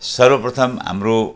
सर्वप्रथम हाम्रो